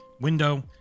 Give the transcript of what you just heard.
window